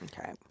okay